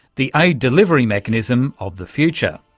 the aid delivery mechanism of the future.